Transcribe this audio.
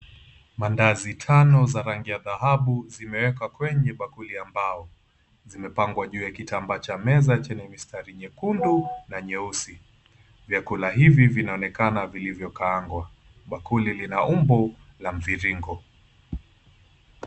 Mandazi tano za rangi ya dhahabu zimewekwa kwenye bakuli ya mbao. Zimepangwa juu ya kitambaa cha meza chenye mistari nyekundu na nyeusi. Vyakula hivi vinaonekana vilivyokaangwa. Bakuli lina umbo la mviringo.